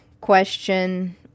question